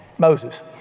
Moses